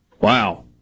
Wow